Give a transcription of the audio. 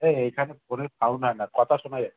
এ এইখানে ফোনের সাউন্ড হয় না কথা শোনা যায়